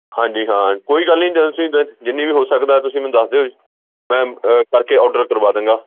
ਹਾਂਜੀ ਹਾਂ ਕੋਈ ਗੱਲ ਨਹੀਂ ਜਦੋਂ ਤੁਸੀਂ ਜਦ ਜਿੰਨੀ ਵੀ ਹੋ ਸਕਦਾ ਤੁਸੀਂ ਮੈਨੂੰ ਦੱਸ ਦਿਓ ਮੈਂ ਕਰਕੇ ਔਡਰ ਕਰਵਾ ਦਾਂਗਾ